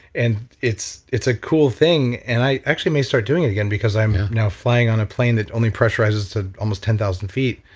and it's it's a cool thing, and i actually may start doing it again because i'm now flying on a plane that only pressure rises to almost ten thousand feet.